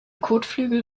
kotflügel